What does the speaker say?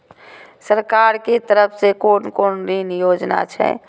सरकार के तरफ से कोन कोन ऋण योजना छै?